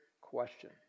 question